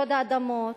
שוד האדמות,